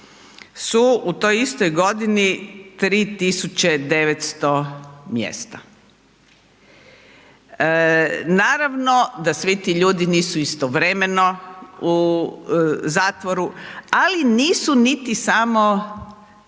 su u toj istoj godini 3900 mjesta. Naravno da svi ti ljudi nisu istovremeno u zatvoru ali nisu niti samo